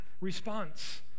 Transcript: response